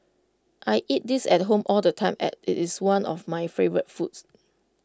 I eat this at home all the time as IT is one of my favourite foods